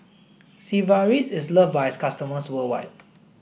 Sigvaris is loved by its customers worldwide